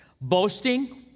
boasting